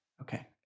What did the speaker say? Okay